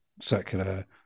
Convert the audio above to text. circular